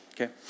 okay